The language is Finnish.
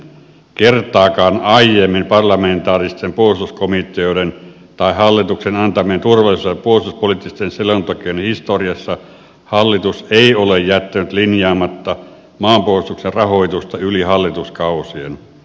kertaakaan aiemmin parlamentaaristen puolustuskomiteoiden tai hallituksen antamien turvallisuus ja puolustuspoliittisten selontekojen historiassa hallitus ei ole jättänyt linjaamatta maanpuolustuksen rahoitusta yli hallituskausien